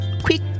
Quick